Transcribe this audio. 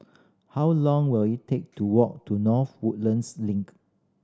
how long will it take to walk to North Woodlands Link